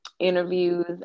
interviews